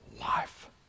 life